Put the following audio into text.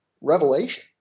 revelation